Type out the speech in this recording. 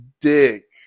Dick